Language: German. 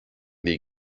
die